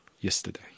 yesterday